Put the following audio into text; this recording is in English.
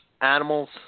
animals